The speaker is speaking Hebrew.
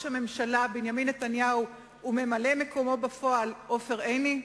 הממשלה בנימין נתניהו וממלא-מקומו בפועל עופר עיני?